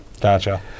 gotcha